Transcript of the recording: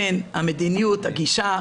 המדיניות הגישה,